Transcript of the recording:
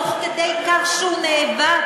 תוך כדי כך שהוא נאבק,